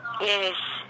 Yes